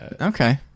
Okay